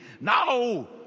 No